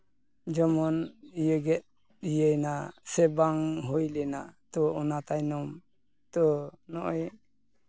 ᱡᱮᱢᱚᱱ ᱤᱭᱟᱹ ᱜᱮᱛ ᱤᱭᱟᱹᱭᱮᱱᱟ ᱥᱮ ᱵᱟᱝ ᱦᱩᱭ ᱞᱮᱱᱟ ᱛᱚ ᱚᱱᱟ ᱛᱟᱭᱱᱚᱢ ᱛᱚ ᱱᱚᱜᱼᱚᱸᱭ